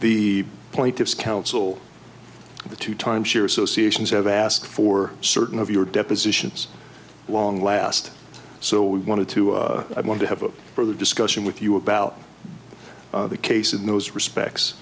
the plaintiff's counsel the two time sure associations have asked for certain of your depositions long last so we wanted to i want to have a further discussion with you about the case in those respects